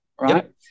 right